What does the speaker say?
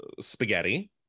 spaghetti